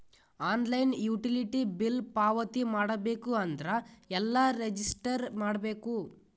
Online utility bill ಪಾವತಿ ಮಾಡಬೇಕು ಅಂದ್ರ ಎಲ್ಲ ರಜಿಸ್ಟರ್ ಮಾಡ್ಬೇಕು?